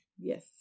yes